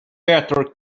better